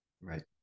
Right